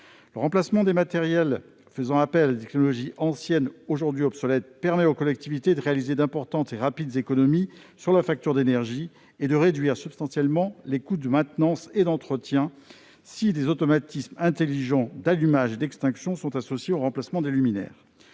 Le remplacement des matériels faisant appel à des technologies anciennes aujourd'hui obsolètes permet aux collectivités de réaliser des économies rapides et importantes sur leurs factures d'énergie et de réduire substantiellement les coûts de maintenance et d'entretien, si des automatismes intelligents d'allumage et d'extinction sont associés au remplacement des luminaires.